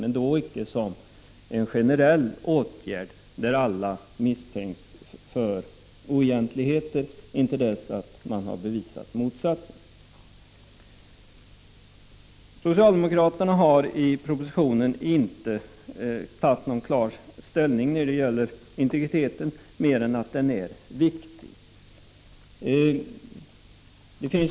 Detta bör dock inte ske som en generell åtgärd, där alla betraktas som misstänkta för oegentligheter intill dess motsatsen har bevisats. Socialdemokraterna har i propositionen inte tagit någon klar ställning när det gäller integriteten mer än att man framhåller att den är viktig.